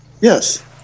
Yes